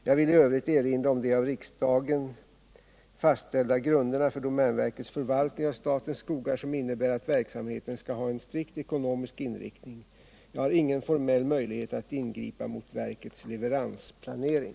Jag vill i övrigt erinra om de av riksdagen fastställda grunderna för domänverkets förvaltning av statens skogar, som innebär att verksamheten skall ha en strikt ekonomisk inriktning. Jag har ingen formell möjlighet att ingripa mot verkets leveransplanering.